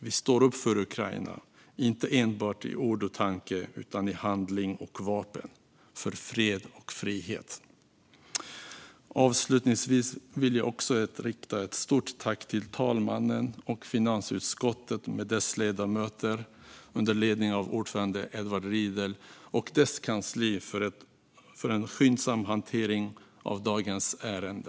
Vi står upp för Ukraina inte enbart i ord och tanke utan också i handling och vapen, för fred och frihet. Avslutningsvis vill jag rikta ett stort tack till talmannen och finansutskottet med dess ledamöter, under ledning av ordförande Edward Riedl, och dess kansli för en skyndsam hantering av dagens ärende.